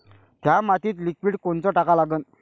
थ्या मातीत लिक्विड कोनचं टाका लागन?